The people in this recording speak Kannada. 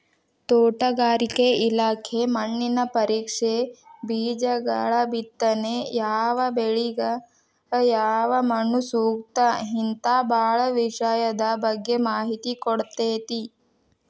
ತೋಟಗಾರಿಕೆ ಇಲಾಖೆ ಮಣ್ಣಿನ ಪರೇಕ್ಷೆ, ಬೇಜಗಳಬಿತ್ತನೆ ಯಾವಬೆಳಿಗ ಯಾವಮಣ್ಣುಸೂಕ್ತ ಹಿಂತಾ ಬಾಳ ವಿಷಯದ ಬಗ್ಗೆ ಮಾಹಿತಿ ಕೊಡ್ತೇತಿ